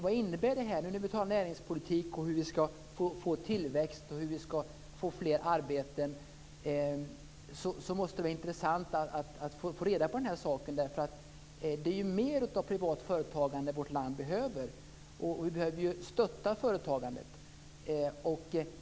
Vad innebär det när vi talar om näringspolitik och hur vi ska få tillväxt och fler arbeten? Det vore intressant att få reda på det. Det är mer av privat företagande som vårt land behöver. Vi behöver stötta företagandet.